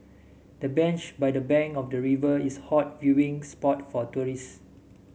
the bench by the bank of the river is a hot viewing spot for tourists